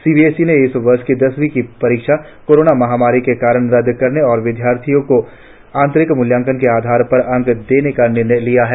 CBSE ने इस वर्ष की दसवीं की परीक्षा कोरोना महामारी के कारण रद्द करने और विद्यार्थियों को आंतरिक मूल्यांकन के आधार पर अंक देने का निर्णय लिया है